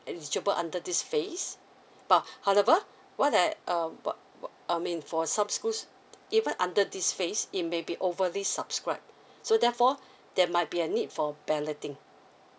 eligible under this phase but however what that um what what I mean for some schools even under this phase it may be overly subscribed so therefore there might be a need for balloting